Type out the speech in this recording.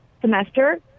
semester